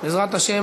בעזרת השם,